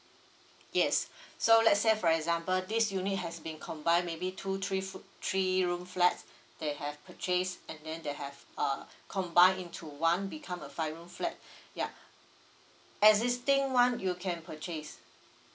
yes so let's say for example this unit has been combined maybe two three fo~ three room flat they have purchased and then they have uh combined into one become a five room flat ya existing one you can purchase